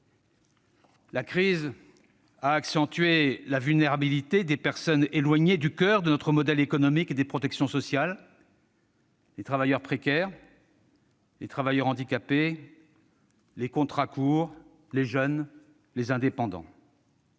La crise a accentué la vulnérabilité des personnes éloignées du coeur de notre modèle économique et de protection sociale : les travailleurs précaires, les travailleurs handicapés, les contrats courts, les jeunes, les indépendants.